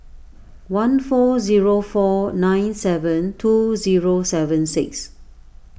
one four zero four nine seven two zero seven six